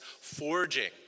forging